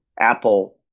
Apple